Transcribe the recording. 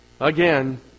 again